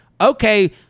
okay –